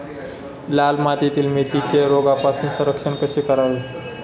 लाल मातीतील मेथीचे रोगापासून संरक्षण कसे करावे?